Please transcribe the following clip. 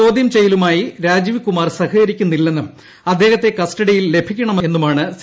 ചോദ്യം ചെയ്യലുമായി രാജീവ് കുമാർ സഹകരിക്കുന്നില്ലെന്നും അദ്ദേഹത്തെ കസ്റ്റഡിയിൽ ലഭിക്കണമെന്നുമാണ് സി